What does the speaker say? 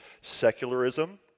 secularism